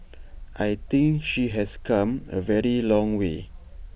I think she has come A very long way